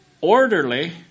orderly